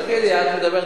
אדוני השר,